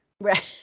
Right